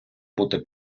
бути